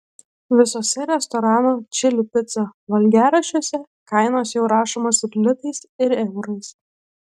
visuose restoranų čili pica valgiaraščiuose kainos jau rašomos ir litais ir eurais